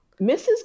mrs